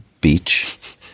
Beach